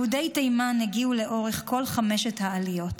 יהודי תימן הגיעו לאורך כל חמש העליות.